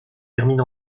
terminent